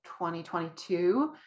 2022